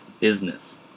business